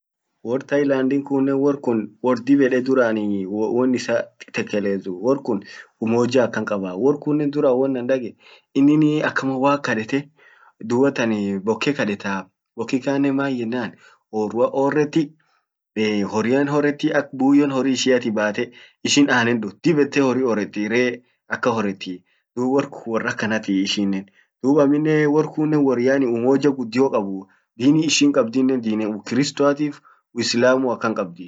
Wor Thailand kunen, wor kun worr dib ede duran won issa tekelezuu. Worr kun umoja akan kaaba, worr kunnen duran won an dage inin akama waq kadete dubatan, bokke kadettaa, bokke kannen maennan orruan orreti, horrian horreti. buyyon ishiati bate ishin annen dudh. dib ete horri horete, ree, akan horeti. dub worr kun worr akanatii ishinnen. dub amminnen worr kunnen worr yaani umoja guddio kaabu. dini ishin kabdinnen dini ukiristoatif uislamua akan kabdi..